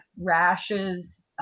rashes